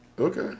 Okay